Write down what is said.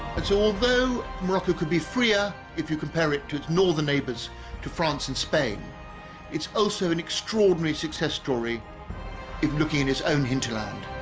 although morocco could be freer if you compare it to its northern neighbours to france and spain it's also an extraordinary success story if looking in its own hinterland